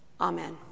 Amen